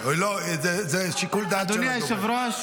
לא, זה שיקול דעת של הדובר.